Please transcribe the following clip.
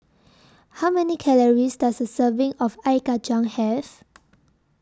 How Many Calories Does A Serving of Ice Kachang Have